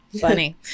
funny